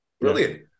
Brilliant